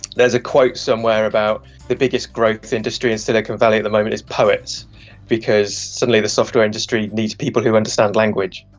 there's a quote somewhere about the biggest growth industry in silicon valley at the moment is poets because suddenly the software industry needs people who understand language.